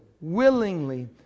willingly